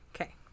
Okay